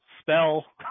spell